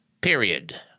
period